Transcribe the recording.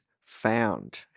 found